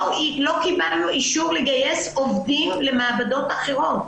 לא קיבלנו אישור לגייס עובדים למעבדות אחרות.